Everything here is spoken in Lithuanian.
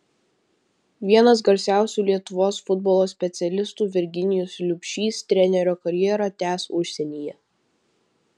vienas garsiausių lietuvos futbolo specialistų virginijus liubšys trenerio karjerą tęs užsienyje